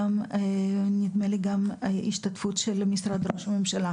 נדמה לי גם בהשתתפות משרד ראש הממשלה.